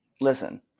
Listen